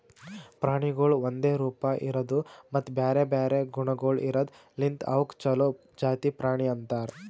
ಪ್ರಾಣಿಗೊಳ್ ಒಂದೆ ರೂಪ, ಇರದು ಮತ್ತ ಬ್ಯಾರೆ ಬ್ಯಾರೆ ಗುಣಗೊಳ್ ಇರದ್ ಲಿಂತ್ ಅವುಕ್ ಛಲೋ ಜಾತಿ ಪ್ರಾಣಿ ಅಂತರ್